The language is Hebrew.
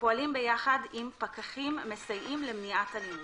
שפועלים ביחד עם פקחים מסייעים למניעת אלימות.